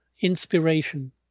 inspiration